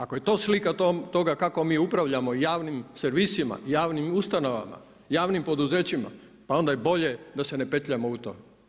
Ako je to slika toga kako mi upravljamo javnim servisima i javnim ustanovama, javnim poduzećima pa onda je bolje da se ne petljamo u to.